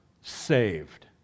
saved